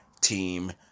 Team